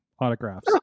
autographs